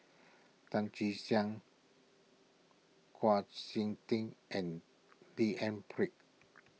Tan Che Sang Hua Sik Ting and D N Pritt